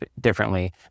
differently